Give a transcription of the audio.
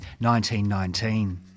1919